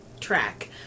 track